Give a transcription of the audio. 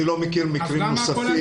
אני לא מכיר מקרים נוספים.